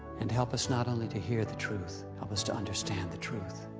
and help us not only to hear the truth, help us to understand the truth.